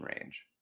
range